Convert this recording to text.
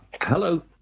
Hello